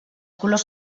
colors